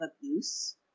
abuse